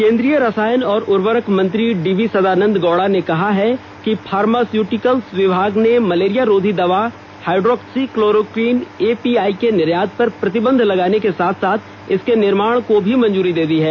केंद्रीय रसायन और उर्वरक मंत्री डी वी सदानंद गौड़ा ने कहा है कि फार्मास्यूटिकल्स विभाग ने मलेरिया रोधी दवा हाइड्रोक्सीक्लोरोक्वीन एपीआई के निर्यात पर प्रतिबंध लगाने के साथ साथ इसके निर्माण की भी मंजूरी दे दी है